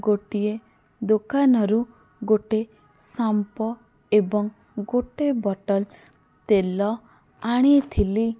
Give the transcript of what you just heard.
ଗୋଟିଏ ଦୋକାନରୁ ଗୋଟେ ଶାମ୍ପ ଏବଂ ଗୋଟେ ବୋଟଲ ତେଲ ଆଣିଥିଲି